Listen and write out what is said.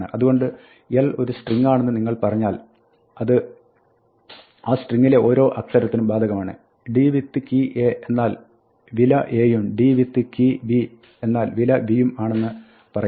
അതുകൊണ്ട് l ഒരു string ആണെന്ന് നിങ്ങൾ പറഞ്ഞാൽ അത് ആ സ്ട്രിങ്ങിലെ ഓരോ അക്ഷരത്തിനും ബാധകമാണ് d with key a എന്നാൽ വില a യും d with the key b എന്നാൽ വില b യും ആണെന്ന് പറയാം